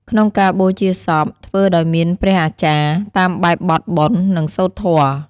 ក្នុងការបូជាសពធ្វើដោយមានព្រះអាចារ្យ តាមបែបបទបុណ្យ និងសូត្រធម៌។